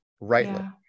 rightly